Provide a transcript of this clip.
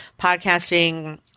podcasting